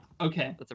Okay